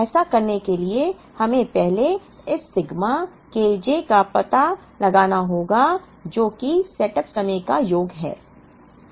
ऐसा करने के लिए हमें पहले इस सिग्मा K j का पता लगाना होगा जो कि सेटअप समय का योग है